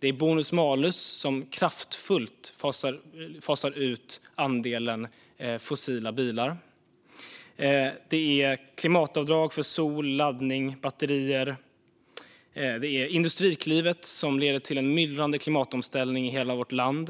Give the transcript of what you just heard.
till bonus-malus som kraftfullt fasar ut andelen fossila bilar och klimatavdrag för sol, laddning och batterier. Det handlar om Industriklivet som leder till en myllrande klimatomställning i hela vårt land.